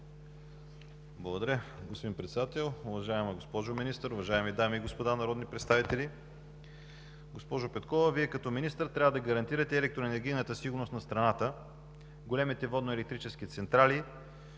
Благодаря, господин Председател. Уважаема госпожо Министър, уважаеми дами и господа народни представители! Госпожо Петкова, Вие като министър, трябва да гарантирате електроенергийната сигурност на страната. Големите водноелектрически централи